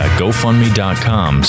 gofundme.com